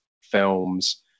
films